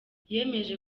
yemeje